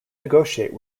negotiate